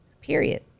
Period